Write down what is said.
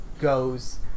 goes